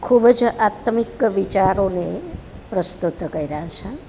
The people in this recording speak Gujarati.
ખૂબજ આત્મિક વિચારોને પ્રસ્તુત કર્યા છે